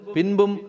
Pinbum